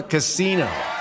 Casino